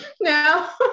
now